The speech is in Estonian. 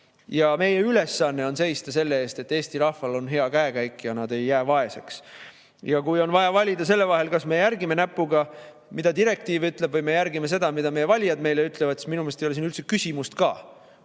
Meie ülesanne on seista selle eest, et Eesti rahval on hea käekäik ja nad ei jää vaeseks. Ja kui on vaja valida selle vahel, kas me ajame näpuga järge, mida direktiiv ütleb, või me järgime seda, mida meie valijad meile ütlevad, siis minu meelest ei ole siin üldse küsimust ka,